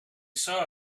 saw